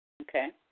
Okay